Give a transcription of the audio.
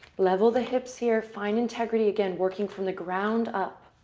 level the hips here. find integrity. again, working from the ground up.